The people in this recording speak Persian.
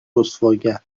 رسواگر